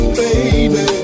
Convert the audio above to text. baby